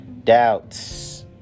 doubts